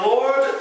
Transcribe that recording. Lord